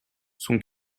son